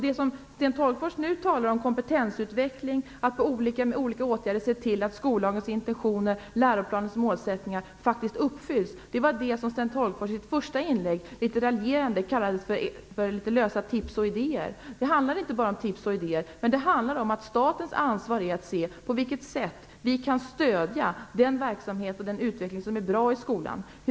Det som Sten Tolgfors nu talar om, att ge kompetensutveckling och att med olika åtgärder se till att skollagens intentioner och läroplanens målsättningar faktiskt uppfylls, är det som Sten Tolgfors i sitt första inlägg litet raljerande kallade lösa tips och idéer. Det handlar inte bara om tips och idéer utan om att det är statens ansvar att undersöka på vilket sätt vi kan stödja den verksamhet och utveckling som är bra i skolan.